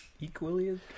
Equally